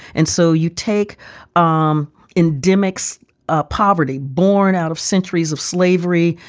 and so you take um indymac's ah poverty born out of centuries of slavery,